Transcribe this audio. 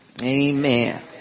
Amen